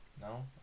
No